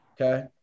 Okay